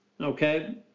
okay